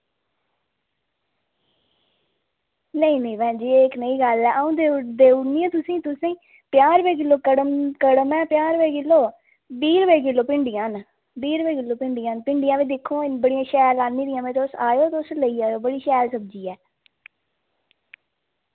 नेईं नेईं भैन जी एह् कनेही गल्ल ऐ अ'ऊं देऊ देऊड़नी ऐ तुसेंगी तुसेंगी पंजाह् रपेऽ किल्लो कड़म कड़म ऐ पजाह् रपेऽ किल्लो बीह् रपेऽ किल्लो भिंडियां न बीह् रपेऽ किल्लो भिंडियां न भिंडियां बी दिक्खो बड़ियां शैल आह्नी दियां में तुस आएओ तुस लेई जाएओ बड़ी शैल सब्जी ऐ